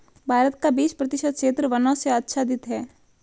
भारत का बीस प्रतिशत क्षेत्र वनों से आच्छादित है